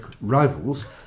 rivals